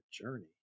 journey